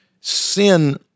Sin